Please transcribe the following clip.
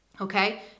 Okay